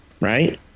right